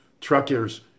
Truckers